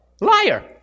liar